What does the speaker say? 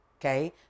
okay